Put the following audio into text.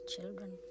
children